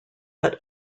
but